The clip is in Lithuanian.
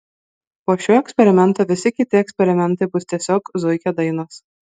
po šio eksperimento visi kiti eksperimentai bus tiesiog zuikio dainos